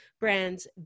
brands